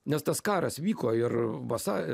nes tas karas vyko ir vasa